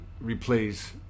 replace